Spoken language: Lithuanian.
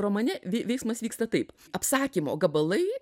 romane veiksmas vyksta taip apsakymo gabalai